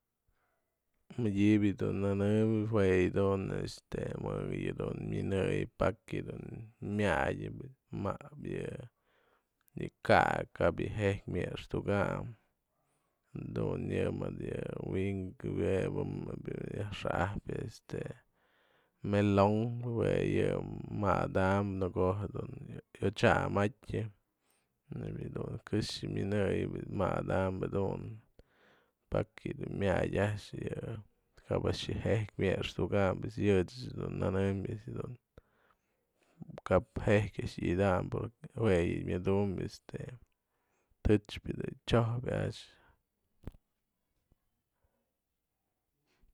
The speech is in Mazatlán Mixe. Medyëbë yë dun nënëm jue yë dun este më yë dun myënëyën pakia dun myatë, ma'apë yë ka'ak kap yë je'ik myextuka'any dun yë mëdë wi'in juebë yë nak dun yajxa'apë este melon jue yë mada'am në ko'o jedun iotyamatë nebya du këxë myënëyën mada'am jedun pakia dun myatë a'ax yë kap a'ax yë je'ijk myextuka'any pues yëch dun nënëm kap je'ijk a'ax i'idany porque jue yë myëdum este tëchpë du xyopë a'ax.